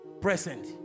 present